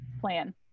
plan